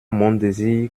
montdésir